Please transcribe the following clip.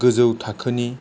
गोजौ थाखोनि